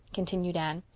continued anne,